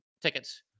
Tickets